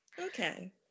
okay